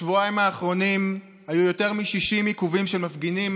בשבועיים האחרונים היו יותר מ-60 עיכובים של מפגינים,